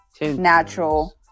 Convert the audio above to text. natural